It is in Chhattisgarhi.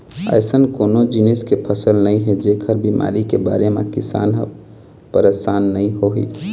अइसन कोनो जिनिस के फसल नइ हे जेखर बिमारी के मारे किसान ह परसान नइ होही